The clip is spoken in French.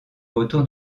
autour